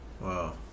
Wow